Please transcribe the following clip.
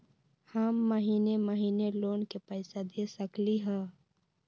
हम महिने महिने लोन के पैसा दे सकली ह?